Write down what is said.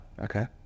okay